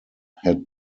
had